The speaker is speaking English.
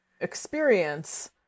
experience